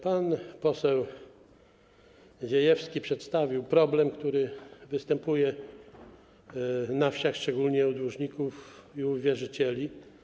Pan poseł Ziejewski przedstawił problem, który występuje na wsiach szczególnie u dłużników i u wierzycieli.